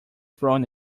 throw